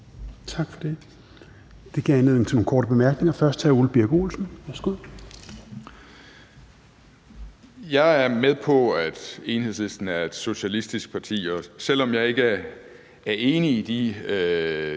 Tak for det. Det gav anledning til nogle korte bemærkninger. Først er det hr. Ole Birk Olesen. Værsgo. Kl. 11:20 Ole Birk Olesen (LA): Jeg er med på, at Enhedslisten er et socialistisk parti, og selv om jeg ikke er enig i de